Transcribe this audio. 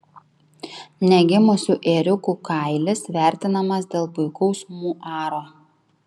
negimusių ėriukų kailis vertinamas dėl puikaus muaro